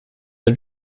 the